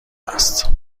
است